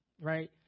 Right